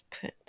put